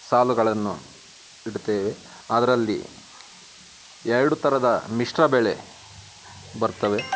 ಸಾಲುಗಳನ್ನು ಇಡ್ತೇವೆ ಅದರಲ್ಲಿ ಎರಡು ಥರದ ಮಿಶ್ರ ಬೆಳೆ ಬರ್ತವೆ